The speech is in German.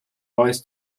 neues